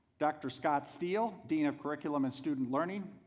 dr. scott steele dean of curriculum and student learning,